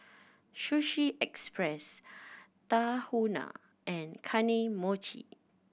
Sushi Express Tahuna and Kane Mochi